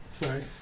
sorry